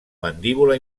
mandíbula